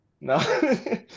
No